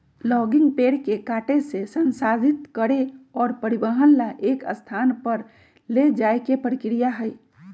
logging पेड़ के काटे से, संसाधित करे और परिवहन ला एक स्थान पर ले जाये के प्रक्रिया हई